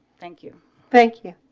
thank you thank you